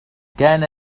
كان